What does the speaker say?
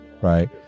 right